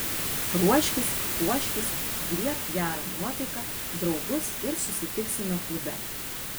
ruoškis puoškis griebk gerą nuotaiką draugus ir susitiksime klube